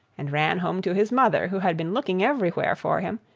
and ran home to his mother, who had been looking everywhere for him,